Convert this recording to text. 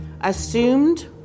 assumed